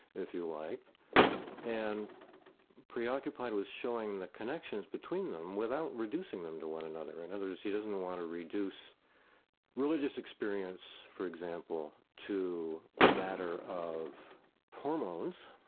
if you like and preoccupied with showing the connections between them without reducing them to one another. in other words he doesn't want to reduce religious experience, for example, to a matter of hormones,